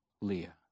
Leah